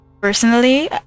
personally